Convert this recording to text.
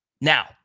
Now